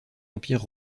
empire